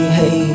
hey